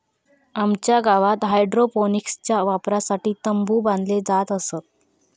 आमच्या गावात हायड्रोपोनिक्सच्या वापरासाठी तंबु बांधले जात असत